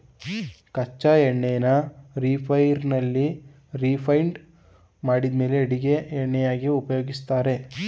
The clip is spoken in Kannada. ಕಚ್ಚಾ ಎಣ್ಣೆನ ರಿಫೈನರಿಯಲ್ಲಿ ರಿಫೈಂಡ್ ಮಾಡಿದ್ಮೇಲೆ ಅಡಿಗೆ ಎಣ್ಣೆಯನ್ನಾಗಿ ಉಪಯೋಗಿಸ್ತಾರೆ